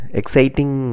exciting